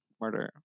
murder